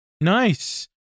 Nice